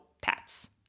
pets